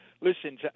Listen